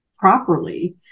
properly